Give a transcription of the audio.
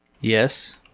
Yes